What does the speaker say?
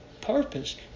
purpose